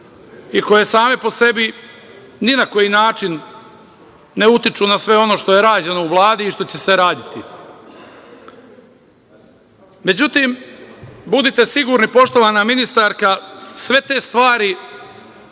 i koje same po sebi ni na koji način ne utiču na sve ono što je rađeno u Vladi i što će se raditi.Međutim, budite sigurni, poštovana ministarka, sve te stvari